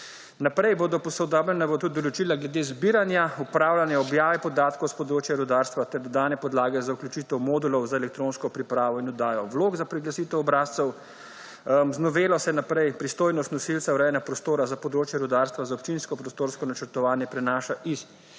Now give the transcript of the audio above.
Naprej bodo posodobljena tudi določila glede zbiranja, upravljanje, objave podatkov s področja rudarstva ter dodane podlage za vključitev modulov za elektronsko pripravo in oddajo vlog za priglasitev obrazcev. Z novelo se naprej pristojnost nosilca urejanja prostora za področje rudarstva za občinsko prostorsko načrtovanje prenaša iz našega